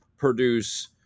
produce